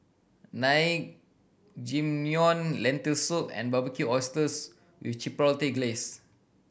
Naengmyeon Lentil Soup and Barbecued Oysters with Chipotle Glaze